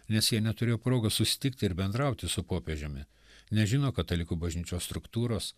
nes jie neturėjo progos susitikti ir bendrauti su popiežiumi nežino katalikų bažnyčios struktūros